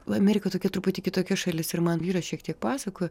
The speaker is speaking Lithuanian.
o amerika tokia truputį kitokia šalis ir man vyras šiek tiek pasakojo